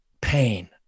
pain